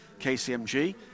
KCMG